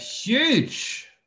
Huge